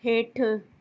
हेठि